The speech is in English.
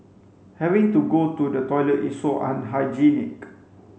having to go to the toilet is so unhygienic